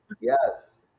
Yes